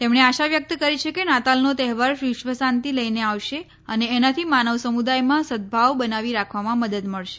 તેમણે આશા વ્યકત કરી છે કે નાતાલનો તહેવાર વિશ્વશાંતિ લઈને આવશે અને એનાથી માનવ સમુદાયમાં સદભાવ બનાવી રાખવામાં મદદ મળશે